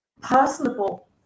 personable